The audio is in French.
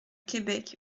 quebec